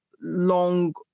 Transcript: long